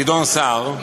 גדעון סער,